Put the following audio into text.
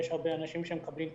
יש הרבה אנשים שמקבלים כפול,